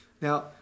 Now